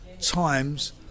times